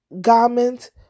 garment